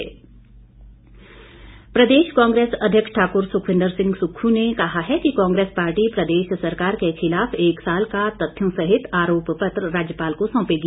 कांग्रेस प्रदेश कांग्रेस अध्यक्ष ठाकुर सुखविन्द्र सिंह सुक्खू ने कहा है कि कांग्रेस पार्टी प्रदेश सरकार के खिलाफ एक साल का तथ्यों सहित आरोप पत्र राज्यपाल को सौंपेगी